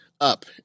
up